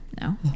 No